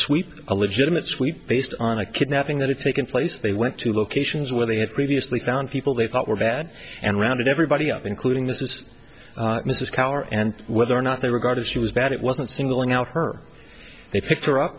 sweep a legitimate sweep based on a kidnapping that have taken place they went to locations where they had previously found people they thought were bad and rounded everybody up including this is mrs coward and whether or not they were guarded she was bad it wasn't singling out her they picked her up